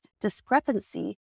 discrepancy